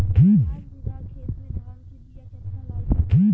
पाँच बिगहा खेत में धान के बिया केतना लागी?